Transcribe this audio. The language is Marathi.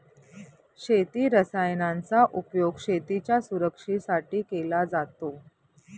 शेती रसायनांचा उपयोग शेतीच्या सुरक्षेसाठी केला जातो